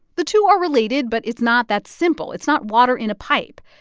the two are related, but it's not that simple. it's not water in a pipe.